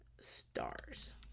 stars